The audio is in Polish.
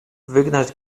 wygnać